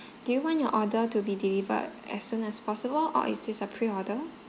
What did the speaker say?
do you want your order to be delivered as soon as possible or is this a pre order